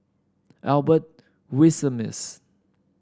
Albert Winsemius